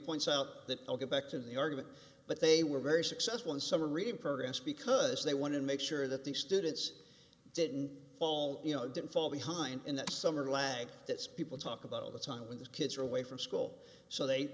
points out that i'll go back to the argument but they were very successful in summer reading programs because they wanted to make sure that the students didn't fall you know didn't fall behind in the summer lag that's people talk about all the time when the kids are away from school so they